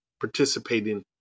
participating